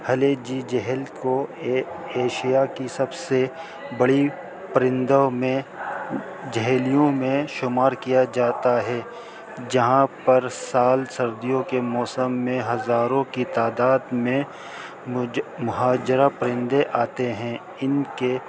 ہل جی جہیل کو ایشیا کی سب سے بڑی پرندوں میں جہیلیوں میں شمار کیا جاتا ہے جہاں پر سال سردیوں کے موسم میں ہزاروں کی تعداد میں محاجرہ پرندے آتے ہیں ان کے